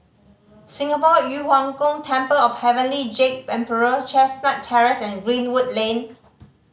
Singapore Yu Huang Gong Temple of Heavenly Jade Emperor Chestnut Terrace and Greenwood Lane